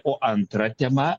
o antra tema